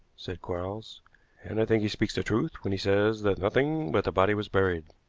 said quarles and i think he speaks the truth when he says that nothing but the body was buried.